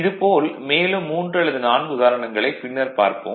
இது போல் மேலும் 3 அல்லது 4 உதாரணங்களைப் பின்னர் பார்ப்போம்